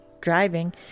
driving